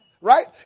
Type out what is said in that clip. right